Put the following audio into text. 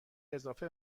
اضافه